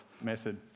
method